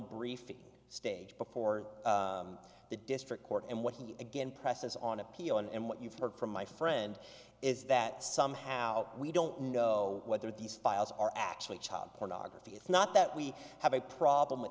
brief stage before the district court and what he again presses on appeal and what you've heard from my friend is that somehow we don't know whether these files are actually child pornography it's not that we have a problem with